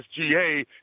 SGA